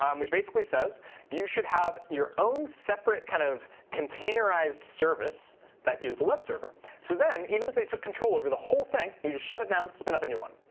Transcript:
um which basically says you should have your own separate kind of containerized service that is the web server. so then even if they took control over the whole thing, you just shut it down, spin up a new one.